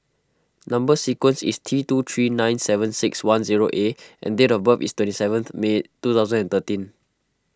Number Sequence is T two three nine seven six one zero A and date of birth is twenty seventh May two thousand and thirteen